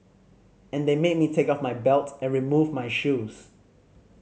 and they made me take off my belt and remove my shoes